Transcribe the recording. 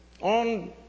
on